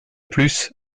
plus